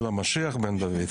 אלא משיח בן דוד.